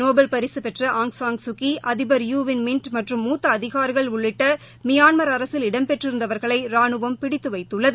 Nobel பரிசு பெற்ற Aung San Suu Kyi அதிபர் யூ விள் மிண்ட் மற்றும் மூத்த அதினரிகள் உள்ளிட்ட மியான்மர் அரசில் இடம்பெற்றிருந்தவர்களை ராணுவம் பிடித்து வைத்துள்ளது